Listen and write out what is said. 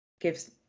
gives